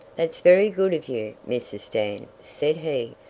that's very good of you, mrs. dan, said he,